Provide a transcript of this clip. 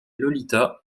lolita